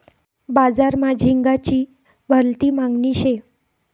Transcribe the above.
बजार मा झिंगाची भलती मागनी शे